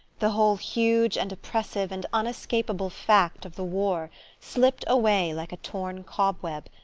the whole huge and oppressive and unescapable fact of the war, slipped away like a torn cobweb,